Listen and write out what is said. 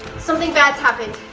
something bad's happened.